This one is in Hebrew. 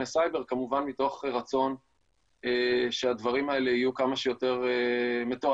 סייבר כמובן מתוך רצון שהדברים האלה יהיו כמה שיותר מתועדים,